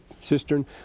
cistern